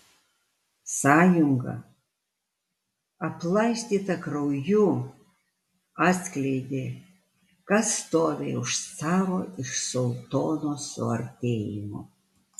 sąjunga aplaistyta krauju atskleidė kas stovi už caro ir sultono suartėjimo